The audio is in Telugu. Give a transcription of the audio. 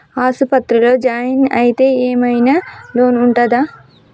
ఆస్పత్రి లో జాయిన్ అయితే ఏం ఐనా లోన్ ఉంటదా?